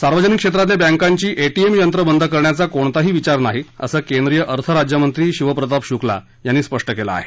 सार्वजनिक क्षेत्रातल्या बँकांची एटीएम यंत्र बंद करण्याचा कोणताही विचार नाही असं केंद्रीय अर्थ राज्यमंत्री शिवप्रताप शुक्ला यांनी स्पष्ट केलं आहे